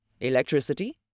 electricity